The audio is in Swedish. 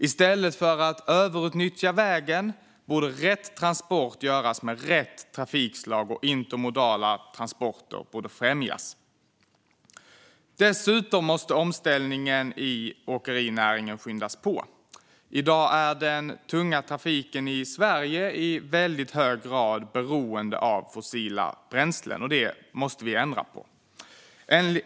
I stället för att överutnyttja vägen borde rätt transport göras med rätt trafikslag, och intermodala transporter borde främjas. Dessutom måste omställningen i åkerinäringen skyndas på. I dag är den tunga trafiken i Sverige i hög grad beroende av fossila bränslen. Det måste vi ändra på.